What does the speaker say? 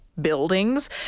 buildings